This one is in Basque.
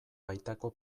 baitako